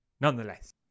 nonetheless